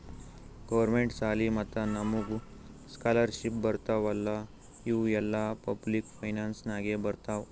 government ಸಾಲಿ ಮತ್ತ ನಮುಗ್ ಸ್ಕಾಲರ್ಶಿಪ್ ಬರ್ತಾವ್ ಅಲ್ಲಾ ಇವು ಎಲ್ಲಾ ಪಬ್ಲಿಕ್ ಫೈನಾನ್ಸ್ ನಾಗೆ ಬರ್ತಾವ್